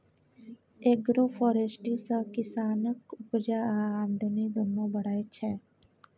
agroforestry सँ किसानक उपजा आ आमदनी दुनु बढ़य छै